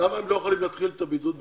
למה הם לא יכולים להתחיל את הבידוד בחו"ל?